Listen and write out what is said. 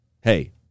hey